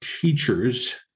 teachers